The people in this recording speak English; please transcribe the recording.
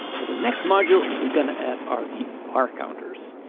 so the next module we're going to add are the bar counters.